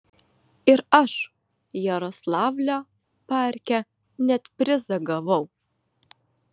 ir aš jaroslavlio parke net prizą gavau